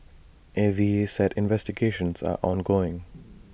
A V A said investigations are ongoing